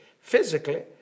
physically